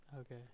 Okay